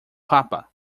papa